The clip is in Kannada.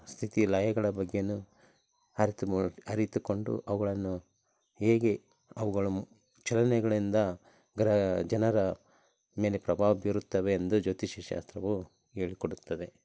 ಸ್ಥಿತಿ ಲಯಗಳ ಬಗ್ಗೆಯೂ ಅರ್ತು ಮೂ ಅರಿತುಕೊಂಡು ಅವುಗಳನ್ನು ಹೇಗೆ ಅವ್ಗಳ ಚಲನೆಗಳಿಂದ ಗ್ರಹ ಜನರ ಮೇಲೆ ಪ್ರಭಾವ ಬೀರುತ್ತವೆ ಎಂದು ಜ್ಯೋತಿಷ್ಯ ಶಾಸ್ತ್ರವು ಹೇಳಿಕೊಡುತ್ತದೆ